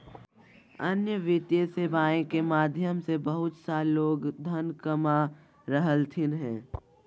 अन्य वित्तीय सेवाएं के माध्यम से बहुत सा लोग धन कमा रहलथिन हें